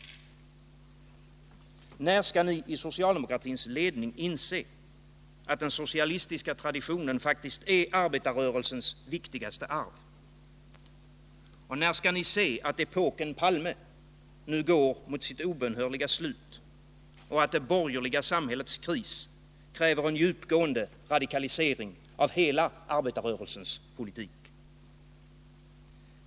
När skall ni i socialdemokratins ledning inse att den socialistiska traditionen faktiskt är arbetarrörelsens viktigaste arv? När skall ni se att epoken Palme nu går mot sitt obönhörliga slut och att det borgerliga samhällets kris kräver en djupgående radikalisering av hela arbetarrörelsens politik?